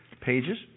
pages